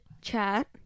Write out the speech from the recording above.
Chat